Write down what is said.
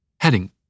Heading